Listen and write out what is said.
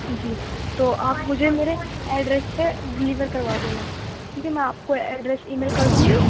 جی تو آپ مجھے میرے ایڈریس پہ ڈلیور کروا دینا ٹھیک ہے میں آپ کو ایڈریس ای میل کر دوں گی